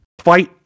fight